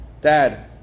Dad